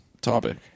topic